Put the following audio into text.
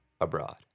Abroad